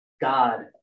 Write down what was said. God